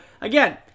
again